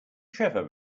trevor